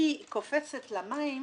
אני קופצת למים